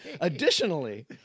Additionally